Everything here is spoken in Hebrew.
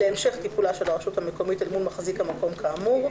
להמשך טיפולה של הרשות המקומית אל מול מחזיק המקום כאמור,